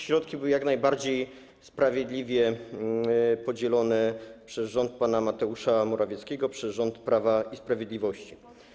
Środki były jak najbardziej sprawiedliwe podzielone przez rząd pana Mateusza Morawieckiego, przez rząd Prawa i Sprawiedliwości.